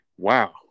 Wow